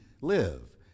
live